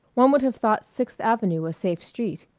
one would have thought sixth avenue a safe street!